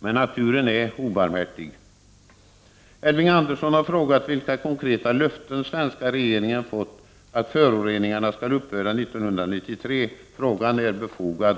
Men naturen är obarmhärtig. Elving Andersson har frågat vilka konkreta löften den svenska regeringen har fått om att föroreningarna skall upphöra 1993. Frågan är befogad.